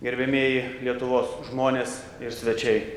gerbiamieji lietuvos žmonės ir svečiai